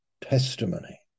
testimony